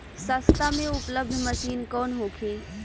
सस्ता में उपलब्ध मशीन कौन होखे?